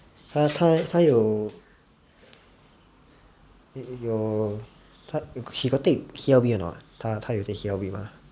他他他有有他 he got take C_L_B or not 他他有 take C_L_B 吗